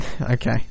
Okay